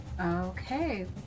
Okay